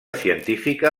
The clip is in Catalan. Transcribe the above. científica